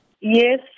Yes